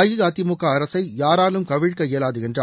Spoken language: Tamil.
அஇஅதிமுக அரசை யாராலும் கவிழ்க்க இயவாது என்றார்